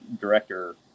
director